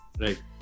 Right